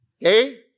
Okay